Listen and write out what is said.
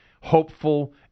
hopeful